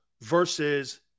versus